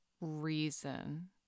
reason